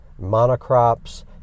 monocrops